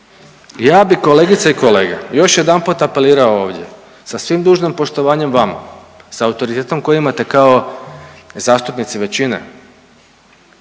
Ja bi kolegice i kolege još jedanput apelirao ovdje sa svim dužnim poštovanjem vama, sa autoritetom koji imate kao zastupnici većine,